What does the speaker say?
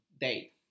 date